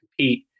compete